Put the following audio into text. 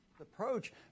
approach